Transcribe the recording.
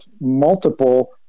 multiple